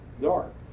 dark